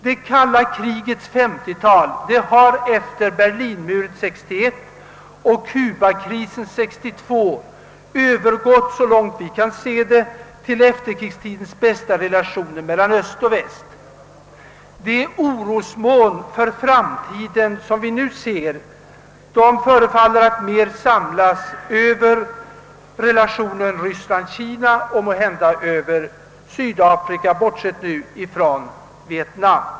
Det kalla krigets 50-tal har efter Berlinmuren 1961 och Kubakrisen 1962, så långt vi kan se, övergått till efterkrigstidens bästa relationer mellan öst och väst. De orosmoln, som vi nu ser, förefaller mer att samlas över relationen Ryssland— Kina, måhända Sydafrika, och givetvis Vietnam.